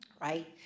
right